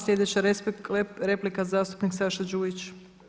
Sljedeća replika zastupnik Saša Đujić.